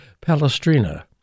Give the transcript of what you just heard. Palestrina